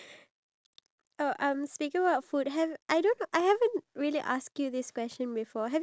time to go out you have to see it as one more day because we can't see it as two more days because